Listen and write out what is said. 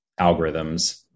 algorithms